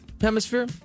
Hemisphere